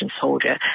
soldier